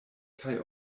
kaj